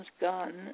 gun